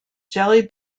jelly